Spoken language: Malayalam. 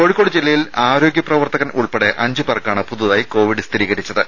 കോഴിക്കോട് ജില്ലയിൽ ആരോഗ്യ പ്രവർത്തകൻ ഉൾപ്പെടെ അഞ്ച് പേർക്കാണ് പുതുതായി കോവിഡ് സ്ഥിരീകരിച്ചത്